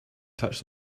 touched